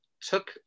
took